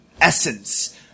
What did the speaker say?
Essence